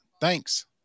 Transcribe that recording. Thanks